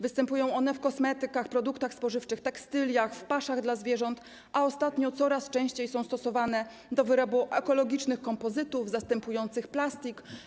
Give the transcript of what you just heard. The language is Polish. Występują one w kosmetykach, produktach spożywczych, tekstyliach, paszach dla zwierząt, a ostatnio coraz częściej są stosowane do wyrobu ekologicznych kompozytów zastępujących plastik.